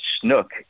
snook